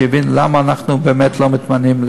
שיבין למה אנחנו באמת לא מתמנים,